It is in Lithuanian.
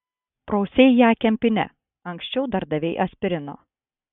prausei ją kempine anksčiau dar davei aspirino